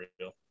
real